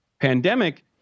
pandemic